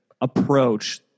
approach